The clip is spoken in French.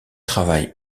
travaille